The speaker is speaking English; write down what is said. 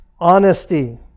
Honesty